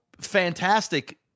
fantastic